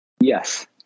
Yes